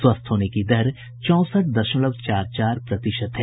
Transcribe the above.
स्वस्थ होने की दर चौंसठ दशमलव चार चार प्रतिशत है